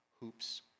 hoops